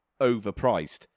overpriced